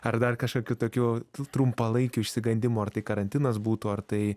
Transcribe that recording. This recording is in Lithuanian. ar dar kažkokių tokių trumpalaikių išsigandimų ar tai karantinas būtų ar tai